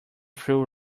through